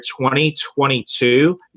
2022